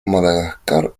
madagascar